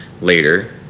later